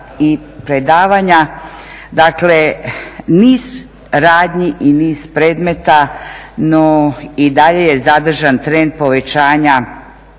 i predavanja, dakle niz radnji i niz predmeta. No i dalje je zadržan trend povećanja